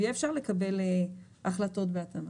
ויהיה אפשר לקבל החלטות בהתאמה.